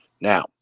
Now